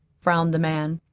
frowned the man.